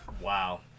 Wow